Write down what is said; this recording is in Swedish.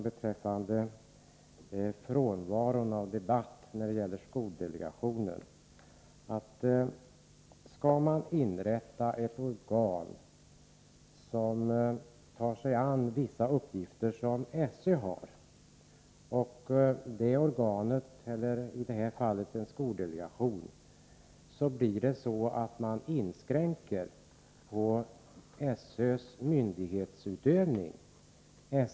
Beträffande frånvaron av debatt när det gäller skoldelegationen sade Björn Samuelson, att om man inrättar ett organ, i det här fallet en skoldelegation, som tar sig an vissa uppgifter som SÖ har, inskränker man på SÖ:s myndighetsutövning.